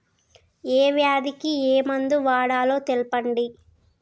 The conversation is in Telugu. ఏ వ్యాధి కి ఏ మందు వాడాలో తెల్పండి?